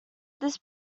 this